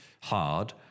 hard